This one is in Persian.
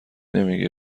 نمیگی